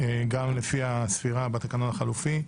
הערעור נדחה, גם לפי הספירה בתקנון החלופי.